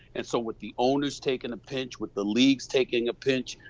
and so with the owners taking a pinch, with the leagues taking a pinch,